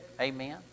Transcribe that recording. Amen